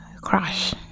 crash